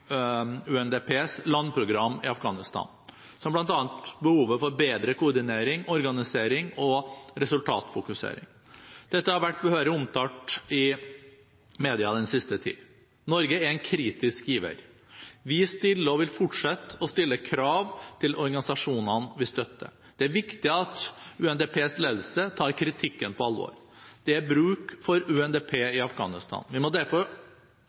UNDPs landprogram i Afghanistan, som bl.a. behovet for bedre koordinering, organisering og resultatfokusering. Dette har vært behørig omtalt i media i den siste tid. Norge er en kritisk giver. Vi stiller, og vil fortsette å stille, krav til organisasjonene vi støtter. Det er viktig at UNDPs ledelse tar kritikken på alvor. Det er bruk for UNDP i Afghanistan. Vi må derfor